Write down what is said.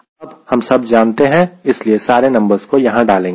अब हम सब जानते हैं इसलिए सारे नंबर्स को यहां डालेंगे